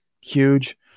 huge